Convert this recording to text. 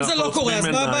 אם זה לא קורה, אז מה הבעיה?